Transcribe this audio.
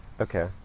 Okay